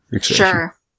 Sure